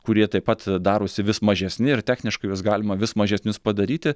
kurie taip pat darosi vis mažesni ir techniškai juos galima vis mažesnius padaryti